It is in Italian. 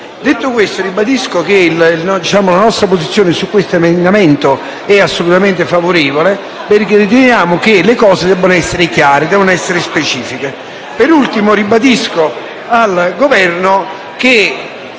Detto questo, ribadisco che la nostra posizione sull'emendamento 16.2 è assolutamente favorevole, perché riteniamo che le cose debbano essere chiare e specifiche. Infine, ribadisco al Governo che